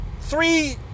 three